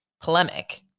polemic